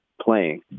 playing